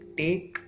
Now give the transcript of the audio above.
take